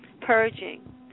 purging